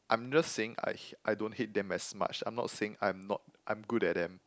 I'm just saying I I don't hate them as much I'm not saying I'm not I'm good at them